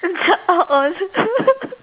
it's like all on